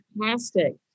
fantastic